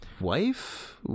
wife